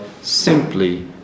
simply